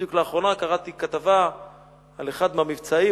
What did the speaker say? בדיוק לאחרונה קראתי כתבה על אחד מהמבצעים